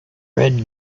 red